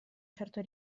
certo